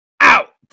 Out